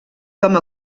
com